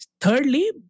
Thirdly